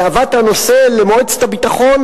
והבאת הנושא למועצת הביטחון,